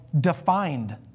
defined